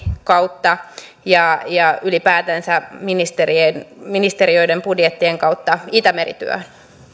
kautta ja ja ylipäätänsä ministeriöiden ministeriöiden budjettien kautta itämeri työhön